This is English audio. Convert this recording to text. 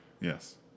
Yes